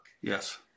Yes